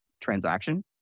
transaction